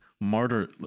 martyr